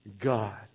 God